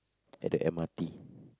at the m_r_t